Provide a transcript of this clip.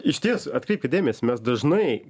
išties atkreipkit dėmesį mes dažnai